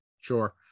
Sure